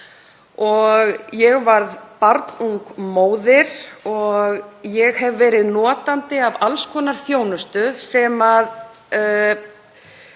Ég var barnung móðir og ég hef verið notandi að alls konar þjónustu sem